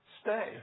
stay